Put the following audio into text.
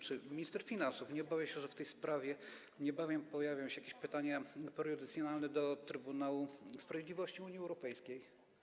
Czy minister finansów nie obawia się, że w tej sprawie niebawem pojawią się jakieś pytania prejudycjalne do Trybunału Sprawiedliwości Unii Europejskiej?